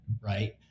right